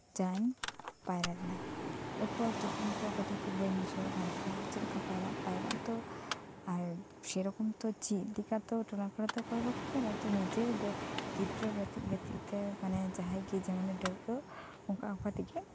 ᱡᱟᱧ ᱯᱟᱭᱨᱟᱞᱮᱱᱟ ᱮᱯᱚᱨ ᱛᱚᱠᱷᱚᱱ ᱛᱚ ᱠᱟᱹᱴᱤᱡᱜᱮ ᱵᱟᱹᱧ ᱵᱩᱡᱷᱟᱹᱣᱮᱫ ᱠᱟᱱᱛᱟᱦᱮᱱᱟ ᱡᱮ ᱪᱮᱫᱞᱮᱠᱟ ᱠᱩ ᱯᱟᱭᱨᱟᱜᱼᱟ ᱟᱨ ᱥᱮᱨᱚᱠᱚᱢ ᱛᱚ ᱪᱤᱫᱞᱮᱠᱟᱛᱚ ᱴᱚᱞᱟ ᱠᱚᱨᱮᱛᱚ ᱚᱠᱚᱭᱦᱚᱸ ᱵᱟᱠᱩ ᱛᱟᱦᱮᱱᱟ ᱛᱚ ᱱᱤᱡᱮ ᱛᱮᱜᱤ ᱜᱤᱫᱽᱨᱟᱹ ᱜᱟᱛᱤᱜ ᱜᱟᱛᱤᱜ ᱛᱮ ᱢᱟᱱᱮ ᱡᱟᱦᱟᱸᱭᱜᱤ ᱡᱮᱢᱚᱱᱮ ᱰᱟᱹᱵᱨᱟᱹᱜ ᱚᱱᱠᱟ ᱚᱱᱠᱟᱛᱮᱜᱤ